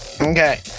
Okay